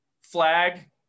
flag